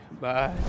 bye